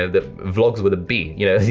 ah the vlogs with a b, you know,